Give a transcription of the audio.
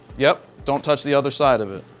yeah don't touch the other side of it.